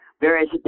various